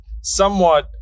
somewhat